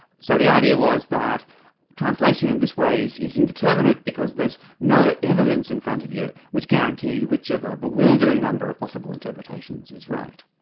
so the idea was that translation in this way is is indeterminate, because there's no evidence in front of you, which guarantees which of a bewildering number of possible interpretations is right.